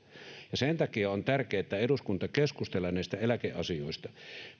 sen takia on tärkeää että eduskunta keskustelee näistä eläkeasioista